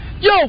yo